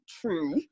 true